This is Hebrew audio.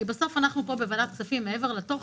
כי בסוף אנחנו פה בוועדת כספים, מעבר לתוכן,